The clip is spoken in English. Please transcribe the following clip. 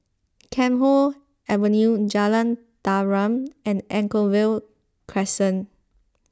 Camphor Avenue Jalan Tarum and Anchorvale Crescent